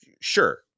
sure